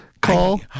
call